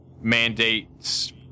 mandates